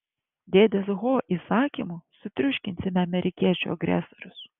dėdės ho įsakymu sutriuškinsime amerikiečių agresorius